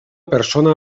persona